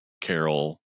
Carol